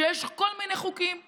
שיש כל מיני חוקים אחרים.